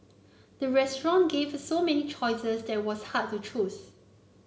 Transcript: the restaurant gave so many choices that it was hard to choose